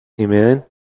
Amen